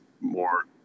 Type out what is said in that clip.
more